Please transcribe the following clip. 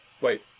Wait